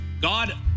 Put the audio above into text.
God